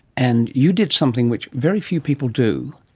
and you did something which very few people do,